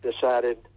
decided